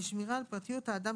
10(ב)(2) לתקנות לפינוי ולקליטה בחירום,